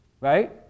right